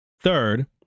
Third